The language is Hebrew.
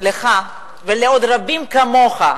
לך ולעוד רבים כמוך,